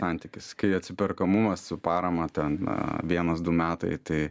santykis kai atsiperkamumas su parama tan vienas du metai tai